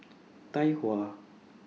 Tai Hua